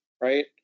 right